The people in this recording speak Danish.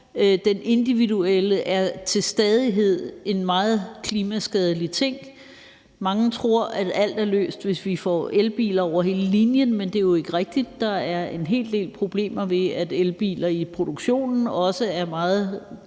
Den individuelle transportform er til stadighed en meget klimaskadelig ting. Mange tror, at alt er løst, hvis vi får elbiler over hele linjen, men det er jo ikke rigtigt. Der er en hel del problemer ved, at elbiler i produktionen også er meget